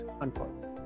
unquote